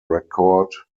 record